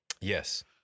Yes